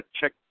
check